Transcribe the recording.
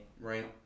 Right